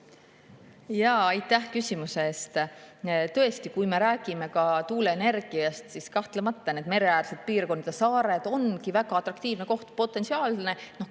Aitäh küsimuse eest! Tõesti, kui me räägime tuuleenergiast, siis kahtlemata need mereäärsed piirkonnad ja saared ongi väga atraktiivne, potentsiaalne